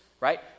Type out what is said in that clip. right